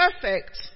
perfect